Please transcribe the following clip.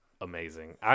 Amazing